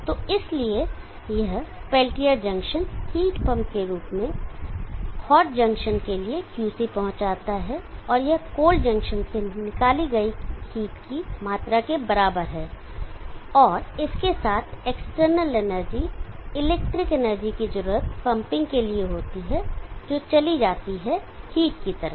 तो इसलिए यह पेल्टियर जंक्शन हीट पंप के रूप में हॉट जंक्शन के लिए Qh पहुंचाता है और यह कोल्ड जंक्शन से निकाली गई हीट की मात्रा के बराबर है और इसके साथ एक्सटर्नल एनर्जी इलेक्ट्रिक एनर्जी की जरूरत पंपिंग करने के लिए होती है जो चली जाती हीट की तरह